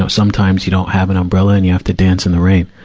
so sometimes you don't have an umbrella and you have to dance in the rain.